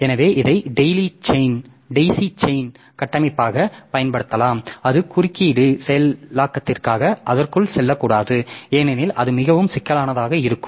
எனவே இதை daisy chain கட்டமைப்பாகப் பயன்படுத்தலாம் அது குறுக்கீடு செயலாக்கத்திற்காக அதற்குள் செல்லக்கூடாது ஏனெனில் அது மிகவும் சிக்கலானதாக இருக்கும்